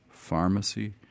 pharmacy